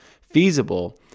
feasible